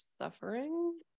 suffering